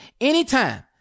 anytime